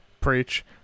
Preach